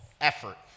Effort